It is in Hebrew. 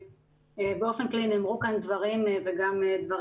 באופן כללי נאמרו כאן דברים וחשוב